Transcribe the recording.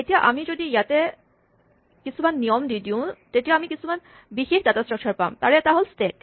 এতিয়া আমি যদি ইয়াতে কিছুমান নিয়ম দি দিওঁ তেতিয়া আমি কিছুমান বিশেষ ডাটা স্ট্ৰাক্সাৰছ পাম তাৰে এটা হ'ল স্টেক